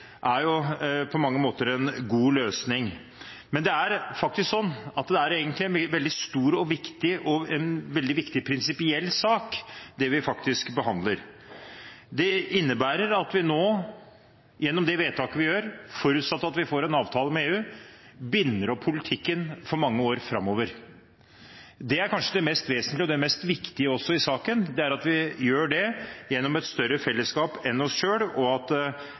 er jo på mange måter en god løsning. Men det er egentlig en veldig stor og viktig sak, en viktig prinsipiell sak, vi faktisk behandler. Det innebærer at vi nå gjennom det vedtaket vi gjør, forutsatt at vi får en avtale med EU, binder opp politikken for mange år framover. Det er kanskje det mest vesentlige og også det mest viktige i saken, det at vi gjør det i et større fellesskap enn oss selv, og en må være tydelig på hvor en vil hen. Situasjonen blir da, hvis vi får en avtale med EU, at